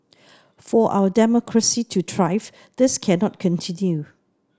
for our democracy to thrive this cannot continue